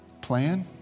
plan